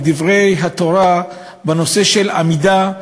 דברי התורה בנושא של עמידה,